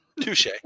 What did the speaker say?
Touche